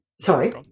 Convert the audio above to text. sorry